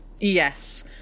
Yes